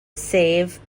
sef